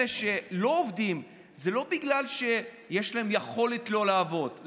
אלה שלא עובדים זה לא בגלל שיש להם יכולת לא לעבוד,